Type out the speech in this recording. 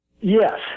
Yes